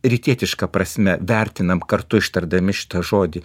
rytietiška prasme vertinam kartu ištardami šitą žodį